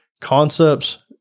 concepts